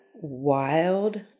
Wild